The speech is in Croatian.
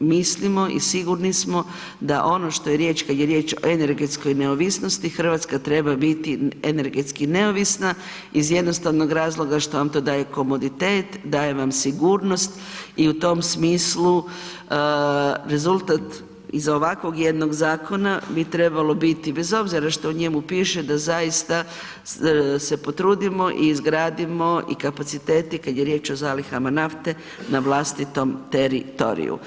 mislimo i sigurni smo da ono što je riječ kada je riječ o energetskoj neovisnosti Hrvatska treba biti energetski neovisna iz jednostavno razloga što vam to daje komoditet, daje vam sigurnost i u tom smislu rezultat iza ovakvog jednog zakona bi trebalo biti, bez obzira što u njemu piše, da zaista se potrudimo i izgradimo i kapacitete kada je riječ o zalihama nafte na vlastitom teritoriju.